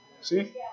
See